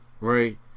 right